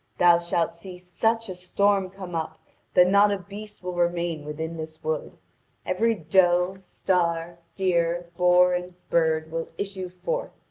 thou shalt see such a storm come up that not a beast will remain within this wood every doe, star, deer, boar, and bird will issue forth.